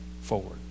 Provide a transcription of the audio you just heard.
forward